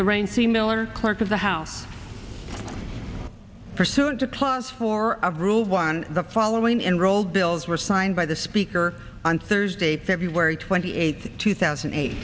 the raincy miller clerk of the house pursuant to clause four of rule one the following enrolled bills were signed by the speaker on thursday february twenty eighth two thousand eight